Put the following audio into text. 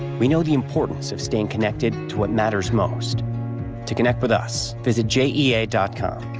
we know the importance of staying connected to what matters most to connect with us is a je a dot com.